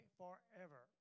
forever